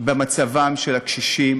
במצבם של הקשישים,